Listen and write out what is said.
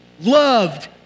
loved